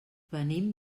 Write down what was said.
venim